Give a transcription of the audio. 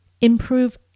improve